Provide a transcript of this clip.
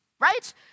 right